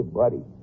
buddy